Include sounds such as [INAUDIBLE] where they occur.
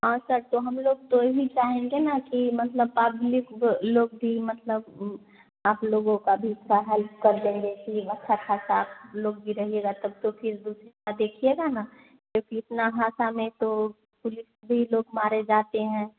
हाँ सर तो हम लोग तो यही चाहेंगे ना कि मतलब पाब्लिक ब लोग भी मतलब आप लोगों का भी थोड़ी हेल्प कर कर देंगे कि अच्छा ख़ासा लोग भी रहिएगा तब तो फिर [UNINTELLIGIBLE] देखिएगा ना जो कि इतना हासा में तो पुलिस भी लोग मारे जाते हैं